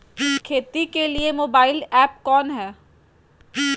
खेती के लिए मोबाइल ऐप कौन है?